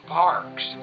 parks